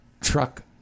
truck